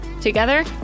Together